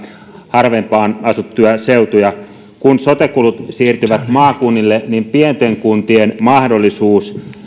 harvempaan asuttuja seutuja kun sote kulut siirtyvät maakunnille niin pienten kuntien mahdollisuus